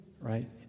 right